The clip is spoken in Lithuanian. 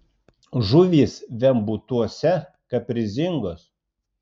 žuvys vembūtuose kaprizingos